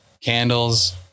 candles